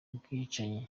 bwicanyi